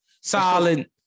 solid